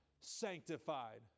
Sanctified